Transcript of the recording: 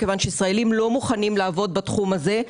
כיוון שישראלים לא מוכנים לעבוד בתחום הזה,